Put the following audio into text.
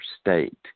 state